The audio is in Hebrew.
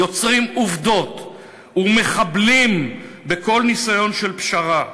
יוצרים עובדות ומחבלים בכל ניסיון של פשרה,